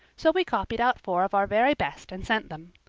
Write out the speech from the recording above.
so we copied out four of our very best and sent them.